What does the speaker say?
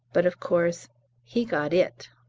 but of course he got it!